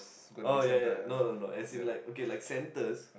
oh ya ya no no no as in like okay like centres